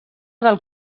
del